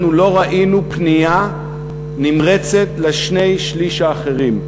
לא ראינו פנייה נמרצת לשני-השלישים האחרים.